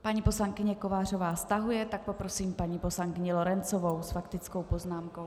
Paní poslankyně Kovářová stahuje, tak poprosím paní poslankyni Lorencovou s faktickou poznámkou.